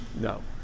no